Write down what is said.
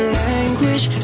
language